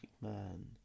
man